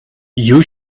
you